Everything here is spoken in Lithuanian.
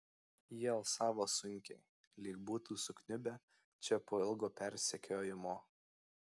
jie alsavo sunkiai lyg būtų sukniubę čia po ilgo persekiojimo